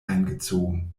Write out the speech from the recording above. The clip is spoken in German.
eingezogen